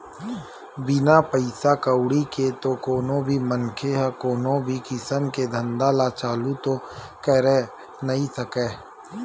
बिना पइसा कउड़ी के तो कोनो भी मनखे ह कोनो भी किसम के धंधा ल चालू तो करे नइ सकय